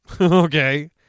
Okay